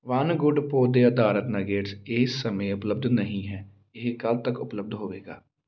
one Good ਪੌਦੇ ਅਧਾਰਿਤ nuggets ਇਸ ਸਮੇਂ ਉਪਲੱਬਧ ਨਹੀਂ ਹੈ ਇਹ ਕੱਲ੍ਹ ਤੱਕ ਉਪਲੱਬਧ ਹੋਵੇਗਾ